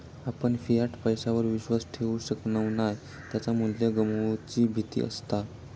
आपण फियाट पैशावर विश्वास ठेवु शकणव नाय त्याचा मू्ल्य गमवुची भीती असता